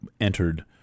entered